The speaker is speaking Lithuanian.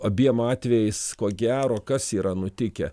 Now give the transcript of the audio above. abiem atvejais ko gero kas yra nutikę